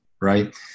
right